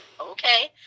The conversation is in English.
okay